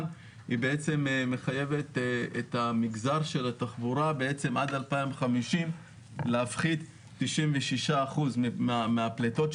בעצם מחייבת את מגזר התחבורה עד 2050 להפחית 96% מהפליטות,